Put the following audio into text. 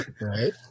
Right